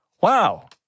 wow